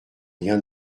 rien